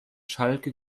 schalke